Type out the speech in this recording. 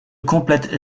complète